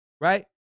right